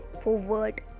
forward